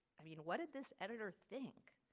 i mean, what did this editor think?